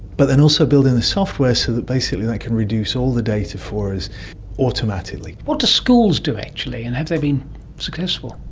but then also building the software so that basically that like can reduce all the data for us automatically. what do schools do actually, and have they been successful?